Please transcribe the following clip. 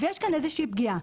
יש כאן איזושהי פגיעה.